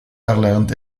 erlernt